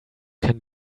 can